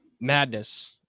madness